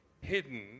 hidden